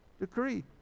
decree